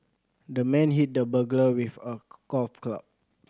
the man hit the burglar with a golf club